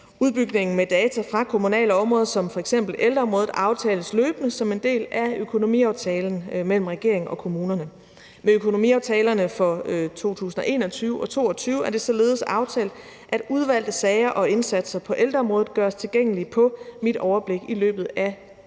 Udbygningen med data fra kommunale områder som f.eks. ældreområdet aftales løbende som en del af økonomiaftalen mellem regering og kommuner. Med økonomiaftalerne for 2021 og 2022 er det således aftalt, at udvalgte sager og indsatser på ældreområdet gøres tilgængelige på Mit Overblik i løbet af